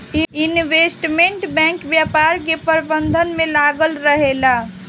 investment bank व्यापार के प्रबंधन में लागल रहेला